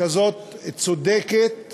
כזאת צודקת